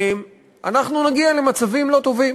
אנחנו נגיע למצבים לא טובים.